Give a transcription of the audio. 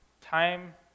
time